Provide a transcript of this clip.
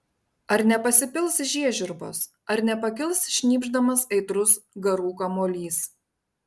ar nepasipils žiežirbos ar nepakils šnypšdamas aitrus garų kamuolys